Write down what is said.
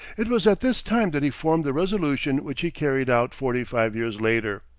it was at this time that he formed the resolution which he carried out forty-five years later.